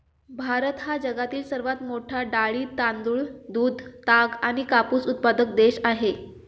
भारत हा जगातील सर्वात मोठा डाळी, तांदूळ, दूध, ताग आणि कापूस उत्पादक देश आहे